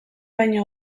baino